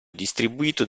distribuito